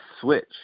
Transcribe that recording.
switch